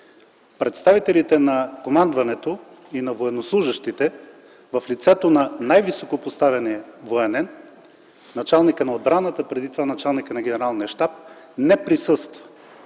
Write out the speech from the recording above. представителите на командването и на военнослужещите, в лицето на най-високопоставения военен – началникът на отбраната, преди това началникът на Генералния щаб, не присъства